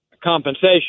compensation